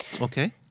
Okay